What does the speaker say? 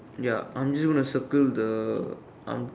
ya I'm just gonna circle the I'm